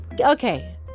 okay